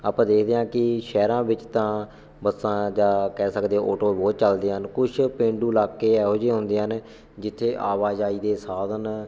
ਆਪਾਂ ਦੇਖਦੇ ਹਾਂ ਕਿ ਸ਼ਹਿਰਾਂ ਵਿੱਚ ਤਾਂ ਬੱਸਾਂ ਜਾਂ ਕਹਿ ਸਕਦੇ ਔਟੋ ਬਹੁਤ ਚੱਲਦੇ ਹਨ ਕੁਛ ਪੇਂਡੂ ਇਲਾਕੇ ਇਹੋ ਜਿਹੇ ਹੁੰਦੇ ਹਨ ਜਿੱਥੇ ਆਵਾਜਾਈ ਦੇ ਸਾਧਨ